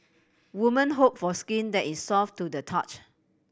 women hope for skin that is soft to the touch